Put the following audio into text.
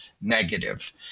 negative